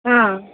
ಹಾಂ